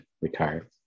retired